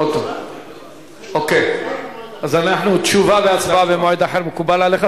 זה ישפר את השירות,